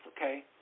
okay